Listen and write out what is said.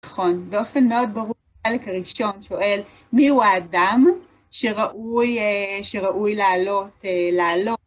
נכון, באופן מאוד ברור, החלק הראשון שואל, מי הוא האדם שראוי לעלות?